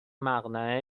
مقنعه